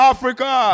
Africa